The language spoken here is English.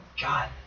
God